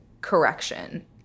correction